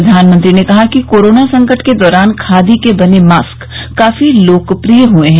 प्रधानमंत्री ने कहा कि कोरोना संकट के दौरान खादी के बने मास्क काफी लोकप्रिय हए हैं